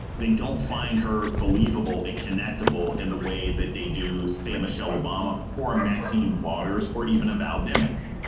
they don't find her believable in connectable. and the way that they do, say, michelle obama or maxine waters or even about deming's.